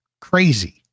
crazy